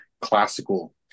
classical